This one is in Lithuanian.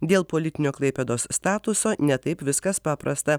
dėl politinio klaipėdos statuso ne taip viskas paprasta